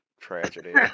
Tragedy